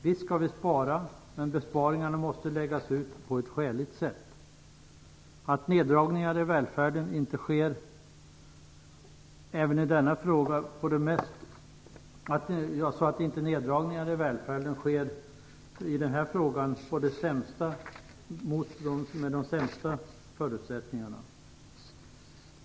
Visst skall vi spara, men besparingarna måste läggas ut på ett skäligt sätt så att neddragningarna i välfärden inte också i denna fråga går ut över dem som har de sämsta förutsättningarna.